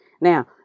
Now